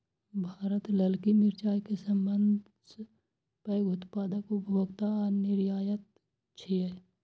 भारत ललकी मिरचाय के सबसं पैघ उत्पादक, उपभोक्ता आ निर्यातक छियै